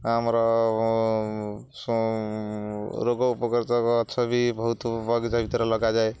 ଆମର ରୋଗ ଉପକାରିତା ଗଛ ବି ବହୁତ ବଗିଚା ଭିତରେ ଲଗାଯାଏ